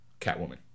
Catwoman